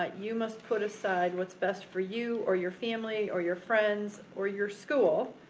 ah you must put aside what's best for you or your family or your friends or your school,